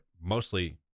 mostly